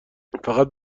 فقط